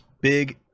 big